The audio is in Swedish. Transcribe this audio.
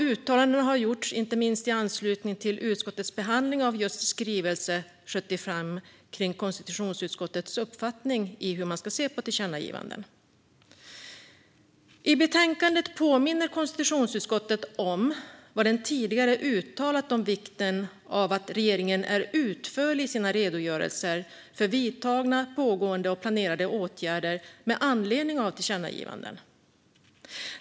Uttalanden har gjorts, inte minst i anslutning till utskottets behandling av just skrivelse 75 om konstitutionsutskottets uppfattning om hur man ska se på tillkännagivanden. I betänkandet påminner konstitutionsutskottet om vad det tidigare har uttalat om vikten av att regeringen är utförlig i sina redogörelser för vidtagna, pågående och planerade åtgärder med anledning av tillkännagivanden.